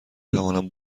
توانم